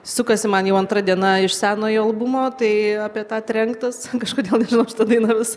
sukasi man jau antra diena iš senojo albumo tai apie tą trenktas kažkodėl nežinau šita daina vis